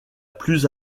plus